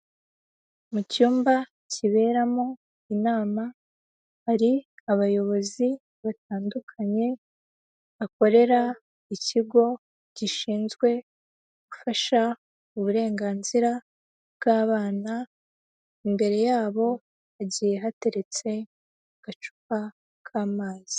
Mu cyumba kiberamo inama, hari abayobozi batandukanye bakorera ikigo gishinzwe gufasha uburenganzira bw'abana, imbere yabo hagiye hateretse agacupa k'amazi.